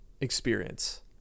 experience